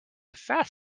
fast